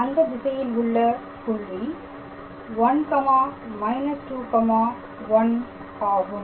அந்த திசையில் உள்ள புள்ளி 1−21 ஆகும்